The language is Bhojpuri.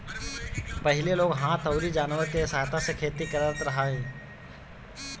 पहिले लोग हाथ अउरी जानवर के सहायता से खेती करत रहे